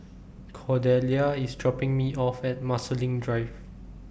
Cordelia IS dropping Me off At Marsiling Drive